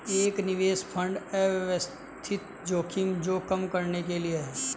एक निवेश फंड अव्यवस्थित जोखिम को कम करने के लिए है